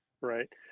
right